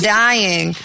dying